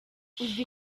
uzi